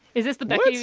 is this the becky?